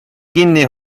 kinni